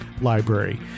Library